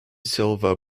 silva